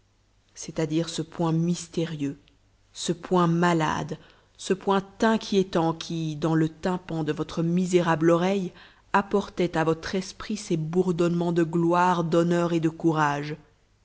c'est-à-dire ce point mystérieux ce point malade ce point inquiétant qui dans le tympan de votre misérable oreille apportait à votre esprit ces bourdonnements de gloire d'honneur et de courage